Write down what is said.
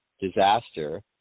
disaster